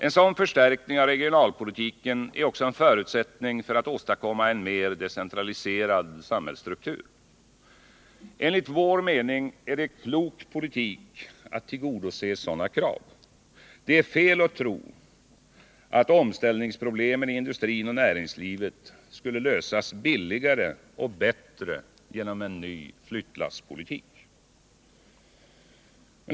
En sådan förstärkning av regionalpolitiken är också en förutsättning för att åstadkomma en mer decentraliserad samhällsstruktur. Enligt vår mening är det klok politik att tillgodose sådana krav. Det är fel att tro att omställningsproblemen i industrin och näringslivet skulle lösas billigare och bättre genom en ny flyttlasspolitik.